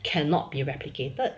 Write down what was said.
cannot be replicated